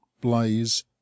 blaze